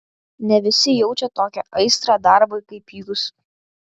ne visi jaučia tokią aistrą darbui kaip jūs